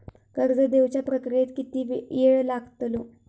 कर्ज देवच्या प्रक्रियेत किती येळ लागतलो?